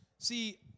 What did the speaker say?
See